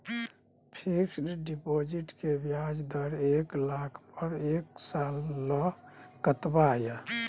Fixed deposit के ब्याज दर एक लाख पर एक साल ल कतबा इ?